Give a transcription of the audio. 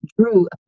drew